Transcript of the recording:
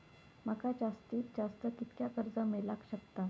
माका जास्तीत जास्त कितक्या कर्ज मेलाक शकता?